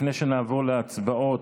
לפני שנעבור להצבעות,